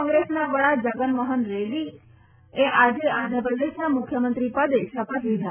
કોંગ્રેસના વડા જગનમોહન રેડ્ડી આજે આંધ્રપ્રદેશના મુખ્યમંત્રી પદે શપથ લીધા